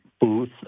booth